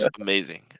amazing